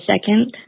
second